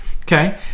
Okay